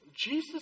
Jesus